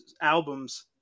albums